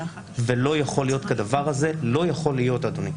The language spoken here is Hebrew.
לא יכול להיות כדבר הזה, זה לא יכול להיות, אדוני.